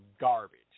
garbage